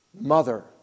Mother